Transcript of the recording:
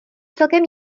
celkem